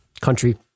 country